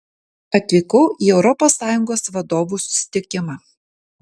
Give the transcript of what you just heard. atvykau į europos sąjungos vadovų susitikimą